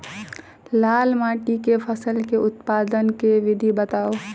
लाल माटि मे फसल केँ उत्पादन केँ विधि बताऊ?